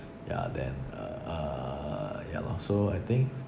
ya then uh ya lor so I think